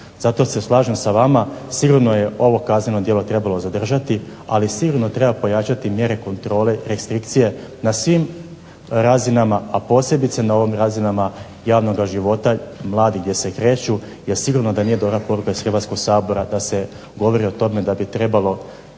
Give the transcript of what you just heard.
Zato se slažem s vama, sigurno je ovo kazneno djelo trebalo zadržati, ali sigurno treba pojačati mjere kontrole, restrikcije na svim razinama, a posebice na ovim razinama javnoga života mladi gdje se kreću jer sigurno da nije dobra poruka iz Hrvatskoga sabora da se govori o tome da bi trebalo